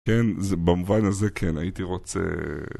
כן, במובן הזה כן, הייתי רוצה...